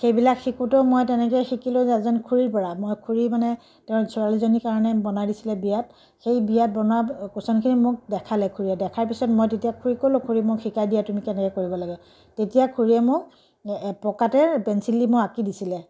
সেইবিলাক শিকোঁতেও মই তেনেকেই শিকি লৈ এজনী খুৰীৰ পৰা মই খুৰীৰ মানে তেওঁৰ ছোৱালীজনীৰ কাৰণে বনাই দিছিলে বিয়াত সেই বিয়াত বনোৱা কুশ্বনখিনি মোক দেখালে খুৰীয়ে দেখাৰ পিছত মই তেতিয়া খুৰীক ক'লো খুৰী মোক শিকাই দিয়া তুমি কেনেকৈ কৰিব লাগে তেতিয়া খুৰীয়ে মোক পকাতে পেঞ্চিল দি মোক আঁকি দিছিলে